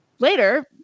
Later